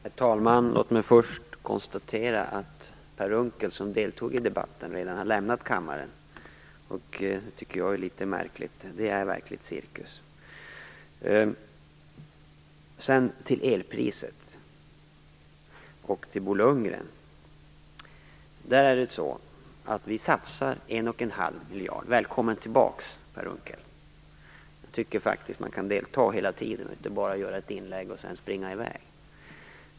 Herr talman! Låt mig först konstatera att Per Unckel, som deltog i debatten, redan har lämnat kammaren. Det tycker jag är litet märkligt. Det är verkligen cirkus. När det gäller elpriset vill jag säga till Bo Lundgren att vi satsar en och en halv miljard. - Välkommen tillbaka, Per Unckel. Jag tycker faktiskt att man kan delta hela tiden, inte bara göra ett inlägg och sedan springa i väg.